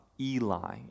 Eli